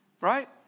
right